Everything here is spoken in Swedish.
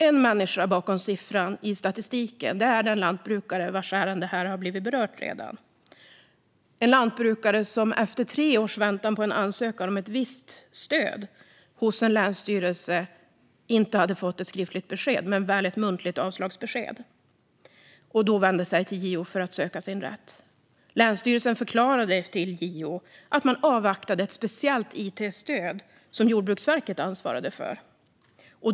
En människa bakom en siffra i statistiken är den lantbrukare vars ärende redan har berörts här. Tre år efter att ha ansökt om ett visst stöd hos en länsstyrelse hade lantbrukaren inte fått något skriftligt beslut men väl ett muntlig avslagsbesked och vände sig då till JO. Länsstyrelsen förklarade för JO att man avvaktade ett speciellt it-stöd som Jordbruksverket ansvarade för.